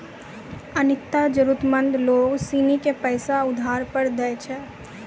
अनीता जरूरतमंद लोग सिनी के पैसा उधार पर दैय छै